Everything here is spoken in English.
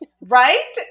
right